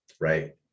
right